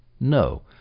No